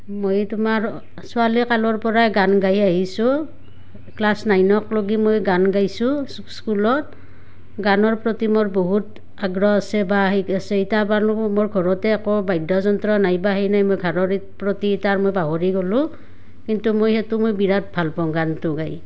মই তোমাৰ ছোৱালীকালৰ পৰাই গান গাই আহিছোঁ ক্লাছ নাইনক লগি মই গান গাইছোঁ স্কুলত গানৰ প্ৰতি মোৰ বহুত আগ্ৰহ আছে বা সেই আছে ইতা বাৰু মোৰ ঘৰতে একো বাদ্যযন্ত্ৰ নাই বা সেই নাই মই ঘাৰৰ প্ৰতি ইতা আৰ মই পাহৰি গ'লোঁ কিন্তু মই সেইটো মই বিৰাট ভাল পাওঁ গানটো গায়